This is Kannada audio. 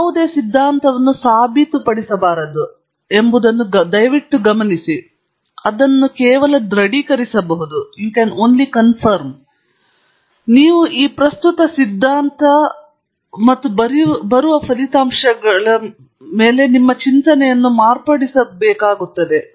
ಯಾವುದೇ ಸಿದ್ಧಾಂತವನ್ನು ಸಾಬೀತುಪಡಿಸಬಾರದು ಎಂಬುದನ್ನು ದಯವಿಟ್ಟು ಗಮನಿಸಿ ಅದನ್ನು ದೃಢೀಕರಿಸಬಹುದು ನೀವು ಈ ಸಿದ್ಧಾಂತ ಪ್ರಸ್ತುತ ಸಿದ್ಧಾಂತ ಮತ್ತು ನೀವು ಬರುವ ಫಲಿತಾಂಶಗಳು ನಿಮ್ಮ ಚಿಂತನೆಯನ್ನು ಮಾರ್ಪಡಿಸಬೇಕಾಗಿರುತ್ತದೆ